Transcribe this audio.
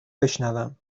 بشنوم